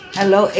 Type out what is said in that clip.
Hello